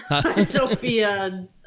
Sophia